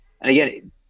again